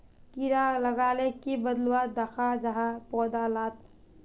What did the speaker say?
कीड़ा लगाले की बदलाव दखा जहा पौधा लात?